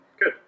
Good